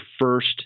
first